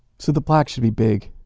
so the plaque should be big,